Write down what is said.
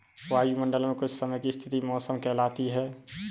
वायुमंडल मे कुछ समय की स्थिति मौसम कहलाती है